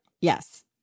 Yes